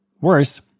Worse